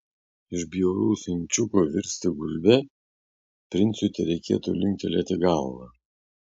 iš bjauraus ančiuko virsti gulbe princui tereikėtų linktelėti galvą